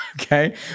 okay